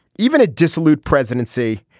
even a dissolute presidency.